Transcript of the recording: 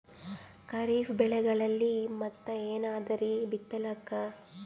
ಖರೀಫ್ ಬೆಳೆಗಳಲ್ಲಿ ಮತ್ ಏನ್ ಅದರೀ ಬಿತ್ತಲಿಕ್?